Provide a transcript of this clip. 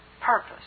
purpose